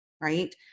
Right